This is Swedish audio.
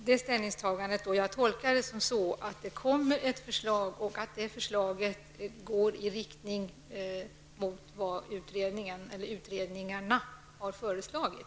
Fru talman! Jag tolkar detta så, att det kommer ett förslag och att det förslaget går i riktning mot vad utredningarna har föreslagit.